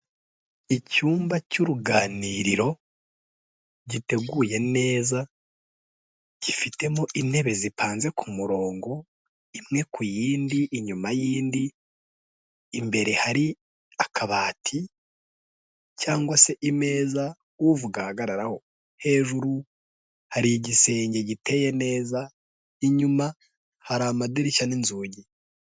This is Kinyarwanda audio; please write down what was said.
Icyumba cy'uruganiriro giteguye neza, gifitemo intebe zipanze ku murongo imwe ku yindi, inyuma y'indi imbere hari akabati cyangwase ameza uvuga ahagararaho, hejuru hari igisenge giteye neza, inyuma hari amadirishya n'inzugi.